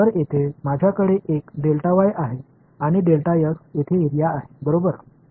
எனவே எனக்கு இங்கே உள்ளது அது இங்கே உள்ள பரப்பளவு